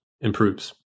improves